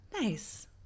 Nice